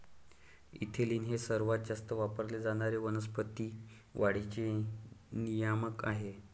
ethylene हे सर्वात जास्त वापरले जाणारे वनस्पती वाढीचे नियामक आहे